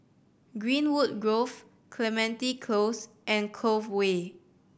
Greenwood Grove Clementi Close and Cove Way